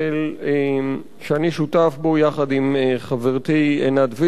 שאני שותף בו יחד עם חברתי עינת וילף